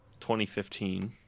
2015